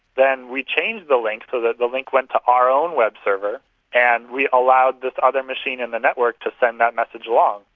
then we change the link so that the link went to our own web server and we allowed this other machine in the network to send that message along.